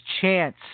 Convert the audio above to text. chance